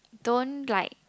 don't like